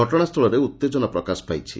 ଘଟଶା ସ୍ଥଳରେ ଉଉେଜନା ପ୍ରକାଶ ପାଇଛି